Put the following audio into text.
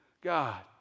God